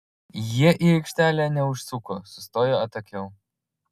jie į aikštelę neužsuko sustojo atokiau